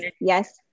Yes